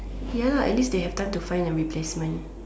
ya lah at least they have time to find a replacement